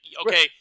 okay